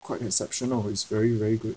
quite exceptional it's very very good